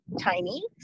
tiny